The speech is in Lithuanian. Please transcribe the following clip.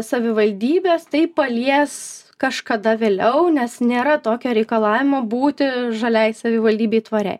savivaldybes tai palies kažkada vėliau nes nėra tokio reikalavimo būti žaliai savivaldybei tvariai